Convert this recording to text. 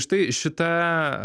štai šita